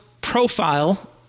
profile